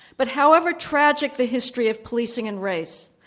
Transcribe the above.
but however tragic the history of policing and race,